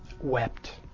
wept